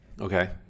Okay